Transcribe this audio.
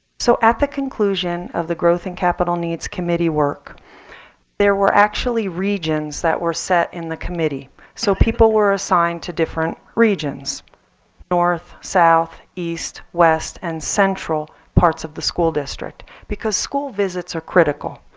so at the conclusion of the growth and capital needs committee work there were actually regions that were set in the committee. so people were assigned to different regions north, south, east, west, and central parts of the school district because school visits are critical.